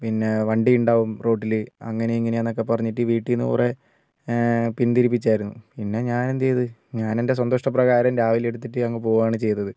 പിന്നെ വണ്ടിയുണ്ടാവും റോട്ടിൽ അങ്ങനെ ഇങ്ങനെ എന്നൊക്കെ പറഞ്ഞിട്ട് വീട്ടിൽ നിന്ന് കുറേ പിന്തിരിപ്പിച്ചായിരുന്നു പിന്നെ ഞാൻ എന്തു ചെയ്ത് ഞാൻ എൻ്റെ സ്വന്തം ഇഷ്ട്ടപ്രകാരം രാവിലെ എടുത്തിട്ട് അങ്ങ് പോവുകയാണ് ചെയ്തത്